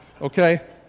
Okay